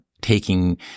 taking